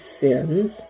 sins